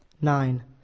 Nine